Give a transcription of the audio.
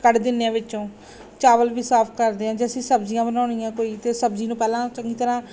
ਕੱਢ ਦਿੰਦੇ ਹਾਂ ਵਿੱਚੋਂ ਚਾਵਲ ਵੀ ਸਾਫ਼ ਕਰਦੇ ਹਾਂ ਜੇ ਅਸੀਂ ਸਬਜ਼ੀਆਂ ਬਣਾਉਣੀਆਂ ਕੋਈ ਤਾਂ ਸਬਜ਼ੀ ਨੂੰ ਪਹਿਲਾਂ ਚੰਗੀ ਤਰ੍ਹਾਂ